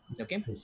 okay